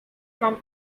from